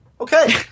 Okay